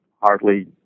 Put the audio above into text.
hardly